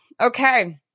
Okay